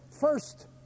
first